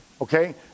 Okay